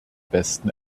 besten